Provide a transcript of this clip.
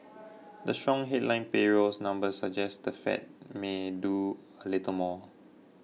the strong headline payrolls numbers suggest the Fed may do a little more